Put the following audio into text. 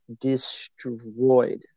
destroyed